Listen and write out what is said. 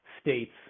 states